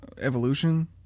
evolution